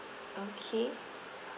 okay